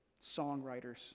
songwriters